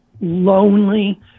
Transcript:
lonely